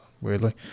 Weirdly